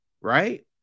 right